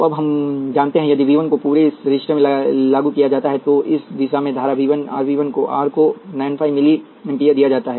तो अब हम जानते हैं कि यदि V 1 को पूरे रजिस्टर में लागू किया जाता है तो इस दिशा में धारा v1 R V 1 R को N 5 मिली एम्पीयर दिया जाता है